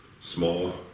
small